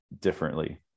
differently